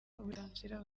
uburenganzira